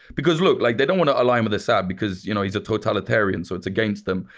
because look, like they don't want to align with assad because you know he's a totalitarian, so it's against them,